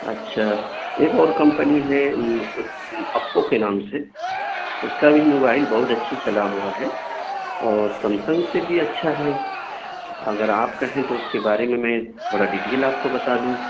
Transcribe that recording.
اچھا ایک اور کمپنی ہے اپو کے نام سے اس کا بھی موبائل بہت اچھا چلا ہوا ہے اور سمسنگ سے بھی اچھا ہے اگر آپ کہیں تو اس کے بارے میں میں تھوڑا ڈیٹیل آپ کو بتا دوں